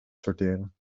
sorteren